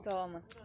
Thomas